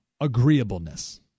agreeableness